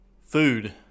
food